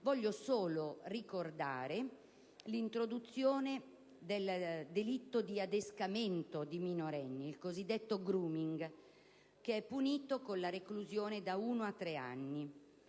Desidero solo ricordare l'introduzione del delitto di adescamento di minorenni, il cosiddetto *grooming*, punito con la reclusione da uno a tre anni.